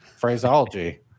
phraseology